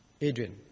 Adrian